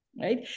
right